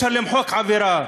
איך אפשר למחוק עבירה?